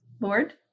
Lord